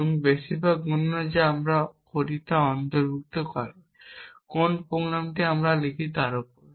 এবং বেশিরভাগ গণনা যা আমরা করি তা অন্তর্ভুক্ত করে কোন প্রোগ্রামটি আমরা লিখি তার ওপর